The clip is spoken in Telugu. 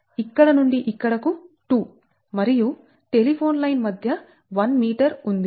ఇక్కడ నుండి ఇక్కడకు 2 మరియు టెలిఫోన్ లైన్ మధ్య 1 ఉంది